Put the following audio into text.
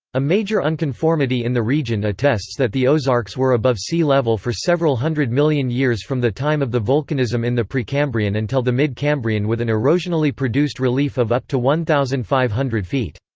a major unconformity in the region attests that the ozarks were above sea level for several hundred million years from the time of the volcanism in the precambrian until the mid-cambrian with an erosionally produced relief of up to one thousand five hundred feet.